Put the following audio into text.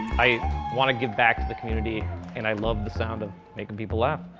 i want to give back to the community and i love the sound of making people laugh.